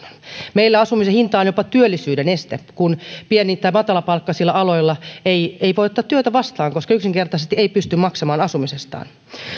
meillä asumisen hinta on jopa työllisyyden este kun pieni tai matalapalkkaisilla aloilla ei voi ottaa työtä vastaan koska yksinkertaisesti ei pysty maksamaan asumisestaan